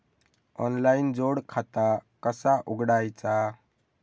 Online जोड खाता कसा उघडायचा?